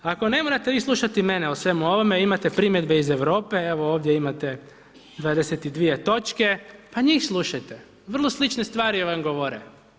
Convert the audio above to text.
Ako ne morate vi slušati mene o svemu ovome, imate primjer … Europe, evo, ovdje imate, 22 točke, pa njih slušajte, vrlo slične stvari vam govore.